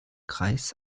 kreis